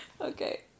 Okay